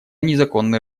незаконный